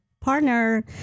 partner